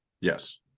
Yes